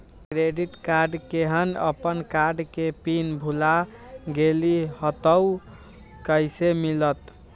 Credit card केहन अपन card के पिन भुला गेलि ह त उ कईसे मिलत?